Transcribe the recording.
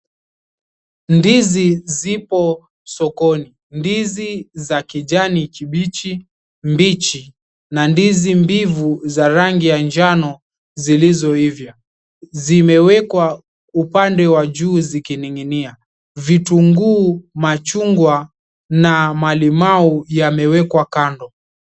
Ndizi zipo sokoni. Ndizi za kijani kibichi mbichi na ndizi mbivu za rangi ya njano zilizoiva zimewekwa upande wa juu zikininginia. Vitunguu, machungwa na malimau yamewekwa kando.